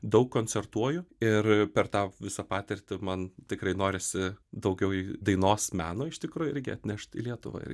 daug koncertuoju ir per tą visą patirtį man tikrai norisi daugiau į dainos meno iš tikro irgi atnešt į lietuvą ir